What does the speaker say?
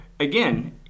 again